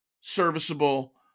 serviceable